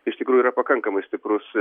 iš tikrųjų yra pakankamai stiprus